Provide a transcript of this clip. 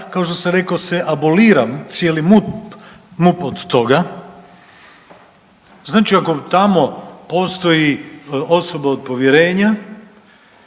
kao što sam rekao abolira cijeli MUP od toga. Znači ako tamo postoji osoba od povjerenja